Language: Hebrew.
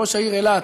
ראש העיר אילת,